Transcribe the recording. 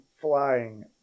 flying